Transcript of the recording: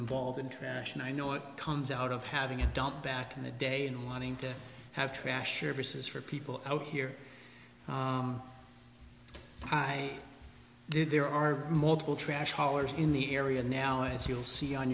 involved in trash and i know it comes out of having an adult back in the day and wanting to have trash services for people out here i did there are multiple trash hollers in the area now as you'll see on